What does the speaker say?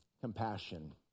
compassion